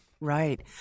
Right